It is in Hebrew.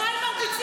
--- מילה לא אמרתם.